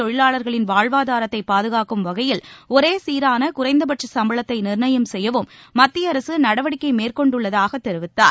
தொழிவாளர்களின் வாழ்வாதாரத்தை பாதுகாக்கும் வகையில் ஒரே சீரான குறைந்தபட்ச சம்பளத்தை நிர்ணயம் செய்யவும் மத்திய அரசு நடவடிக்கை மேற்கொண்டுள்ளதாகத் தெரிவித்தார்